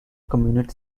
communist